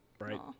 right